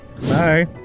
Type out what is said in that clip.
Bye